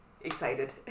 excited